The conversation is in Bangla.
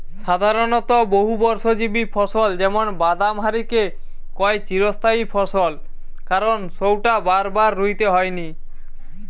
সাধারণত বহুবর্ষজীবী ফসল যেমন বাদাম হারিকে কয় চিরস্থায়ী ফসল কারণ সউটা বারবার রুইতে হয়নি